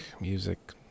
music